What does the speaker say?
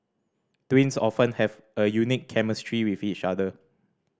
twins often have a unique chemistry with each other